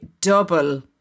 double